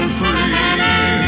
free